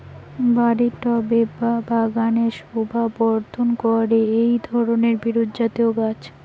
বাড়ির টবে বা বাগানের শোভাবর্ধন করে এই ধরণের বিরুৎজাতীয় গাছ